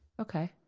Okay